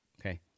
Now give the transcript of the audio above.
okay